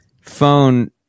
phone